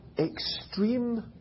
Extreme